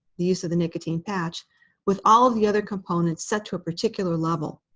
the use of the nicotine patch with all of the other components set to a particular level,